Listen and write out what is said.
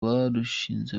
barushinze